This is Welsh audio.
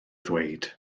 ddweud